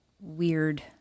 weird